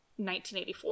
1984